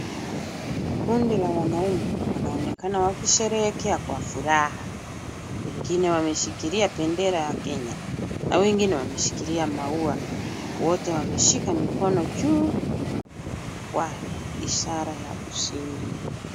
Kundi la wanaume wanaonekana wakisherehekea kwa furaha , wengine wameshikilia bendera ya Kenya na wengine wameshikilia maua, wote wameshika mikono juu kwa ishara ya ushindi.